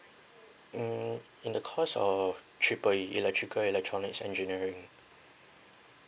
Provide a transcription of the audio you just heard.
mm in the course of triple E electrical electronics engineering